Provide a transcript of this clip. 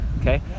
Okay